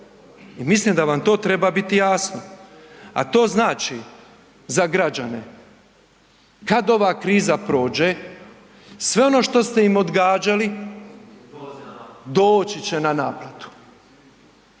i mislim da vam to treba biti jasno. A to znači za građane kad ova kriza prođe, sve ono što ste im odgađali doći će na naplatu.